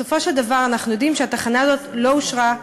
בסופו של דבר, אנחנו יודעים שהתחנה הזאת לא אושרה,